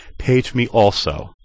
PageMeAlso